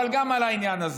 אבל גם על העניין הזה.